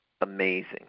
amazing